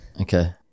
Okay